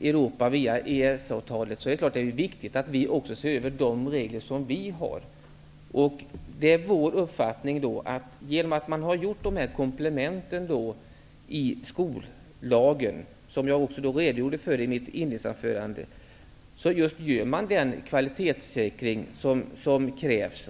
Europa via EES-avtalet, är det naturligtvis viktigt att vi också ser över de regler som vi har. Det är vår uppfattning att man, genom att dessa komplement har gjorts i skollagen, som jag redogjorde för i mitt inledningsanförande, gör den kvalitetssäkring som krävs.